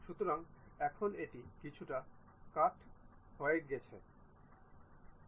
সুতরাং এখন এটি কিছুটা কাত হয়ে গেছে